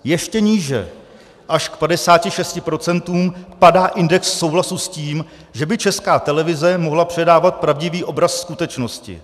Ještě níže, až k 56 %, padá index souhlasu s tím, že by Česká televize mohla předávat pravdivý obraz skutečnosti.